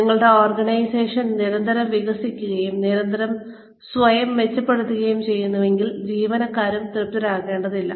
നിങ്ങളുടെ ഓർഗനൈസേഷൻ നിരന്തരം വികസിക്കുകയും നിരന്തരം സ്വയം മെച്ചപ്പെടുത്തുകയും ചെയ്യുന്നുവെങ്കിൽ ജീവനക്കാരും അസംതൃപ്തരാകില്ല